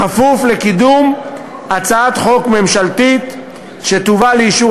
בכפוף לקידום הצעת חוק ממשלתית שתובא לאישור